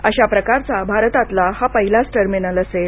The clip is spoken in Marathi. अशा प्रकारचा भारताचा पहिलाच टर्मिनल असेल